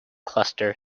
cluster